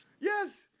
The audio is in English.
Yes